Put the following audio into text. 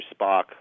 Spock